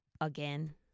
again